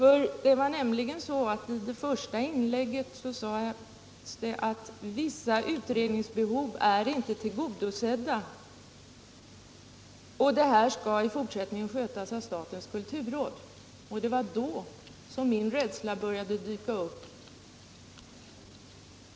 I sitt första anförande sade nämligen herr Alsén att vissa utredningsbehov inte är tillgodosedda och att detta i fortsättningen skall skötas av statens kulturråd. Det var då min rädsla dök upp.